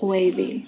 Wavy